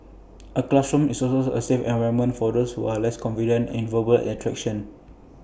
A classroom is also A safe environment for those who are less confident in verbal interactions